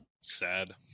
sad